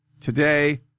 today